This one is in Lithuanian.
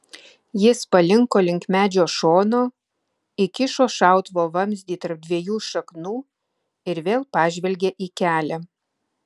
jis palinko link medžio šono įkišo šautuvo vamzdį tarp dviejų šaknų ir vėl pažvelgė į kelią